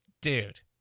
Dude